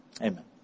Amen